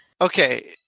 Okay